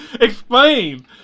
Explain